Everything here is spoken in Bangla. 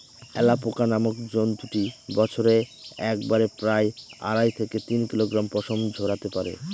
অ্যালাপোকা নামক জন্তুটি বছরে একবারে প্রায় আড়াই থেকে তিন কিলোগ্রাম পশম ঝোরাতে পারে